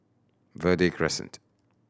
Verde Crescent